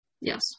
Yes